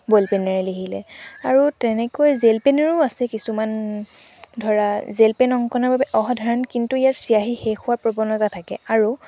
বল পেনেৰে লিখিলে আৰু তেনেকৈ জেল পেনৰো আছে কিছুমান ধৰা জেল পেন অংকণৰ বাবে অসাধাৰণ কিন্তু ইয়াৰ চিয়াঁহী শেষ হোৱাৰ প্ৰৱণতা আছে